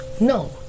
No